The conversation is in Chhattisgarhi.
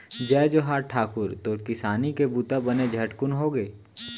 जय जोहार ठाकुर, तोर किसानी के बूता बने झटकुन होगे?